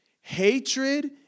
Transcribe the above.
Hatred